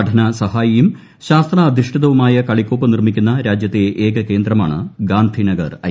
പഠനസഹായിയും ശാസ്ത്രാധിഷ്ഠിതവുമായ കളിക്കോപ്പ് നിർമ്മിക്കുന്ന രാജ്യത്തെ ഏക കേന്ദ്രമാണ് ഗാന്ധിനഗർ ഐ